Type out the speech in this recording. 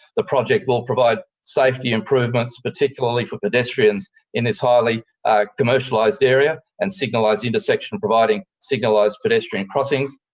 the project will provide safety improvements particularly for pedestrians in this highly commercialised area, and signalise the intersection providing signalised pedestrian crossings.